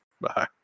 Bye